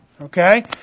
okay